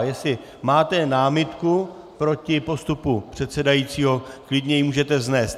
Jestli máte námitku proti postupu předsedajícího, klidně ji můžete vznést.